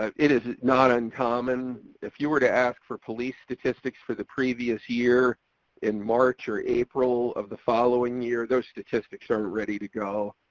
um it is not uncommon if you were to ask for police statistics for the previous year in march or april of the following year, those statistics aren't ready to go.